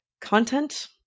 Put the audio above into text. content